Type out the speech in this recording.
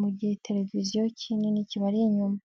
mu giteleviziyo kinini kibari inyuma.